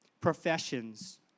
professions